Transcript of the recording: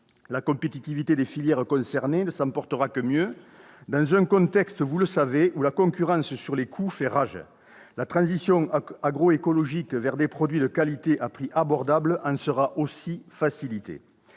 La compétitivité des filières concernées ne s'en portera que mieux dans un contexte, vous le savez, où la concurrence sur les coûts fait rage. La transition agroécologique vers des produits de qualité à prix abordable en sera aussi facilitée.